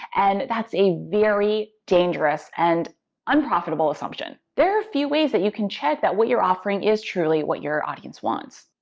and that's a very dangerous and unprofitable assumption. there are a few ways that you can check that what you're offering is truly what your audience wants.